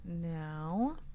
now